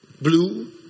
blue